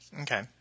Okay